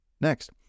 next